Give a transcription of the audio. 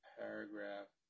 paragraph